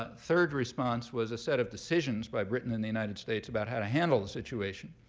third response was a set of decisions by britain and the united states about how to handle the situation.